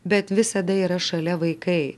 bet visada yra šalia vaikai